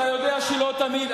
אתה יודע שלא תמיד.